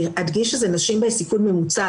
אדגיש שזה נשים בסיכון ממוצע,